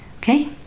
Okay